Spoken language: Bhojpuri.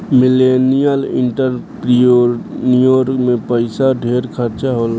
मिलेनियल एंटरप्रिन्योर में पइसा ढेर खर्चा होला